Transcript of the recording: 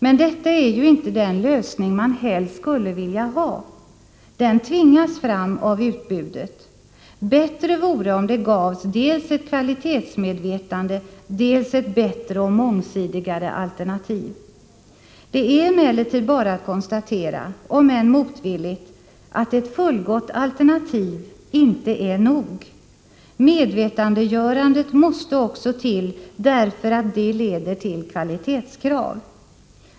Men detta är inte den lösning man helst skulle vilja ha — den tvingas fram av utbudet. Det vore bättre om det gavs dels ett kvalitetsmedvetande, dels ett bättre och mångsidigare alternativ. Det är emellertid bara att konstatera — om än motvilligt — att ett fullgott alternativ 91 inte är nog. Medvetandegörandet måste också till, därför att det leder till kvalitetskrav.